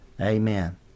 Amen